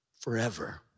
forever